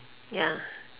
ya